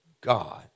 God